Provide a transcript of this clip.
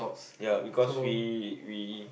ya because we we